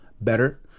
better